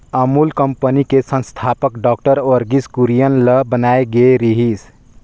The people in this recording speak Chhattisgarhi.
अमूल कंपनी के संस्थापक डॉक्टर वर्गीस कुरियन ल बनाए गे रिहिस